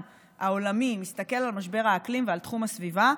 העולמי מסתכל על משבר האקלים ועל תחום הסביבה,